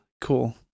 cool